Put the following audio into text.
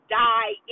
die